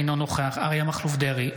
אינו נוכח אריה מכלוף דרעי,